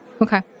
Okay